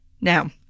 Now